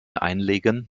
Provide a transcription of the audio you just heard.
einlegen